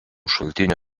šaltinių